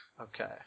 Okay